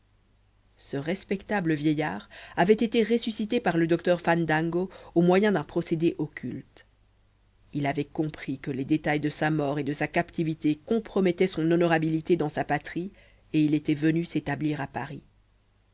ce respectable vieillard avait été ressuscité par le docteur fandango au moyen d'un procédé occulte il avait compris que les détails de sa mort et de sa captivité compromettaient son honorabilité dans sa patrie et il était venu s'établir à paris